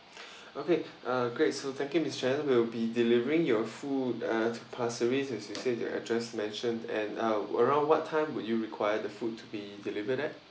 okay uh great so thank you miss jan we'll be delivering your food at pasir ris as you said the address mentioned and uh around what time would you require the food to be delivered at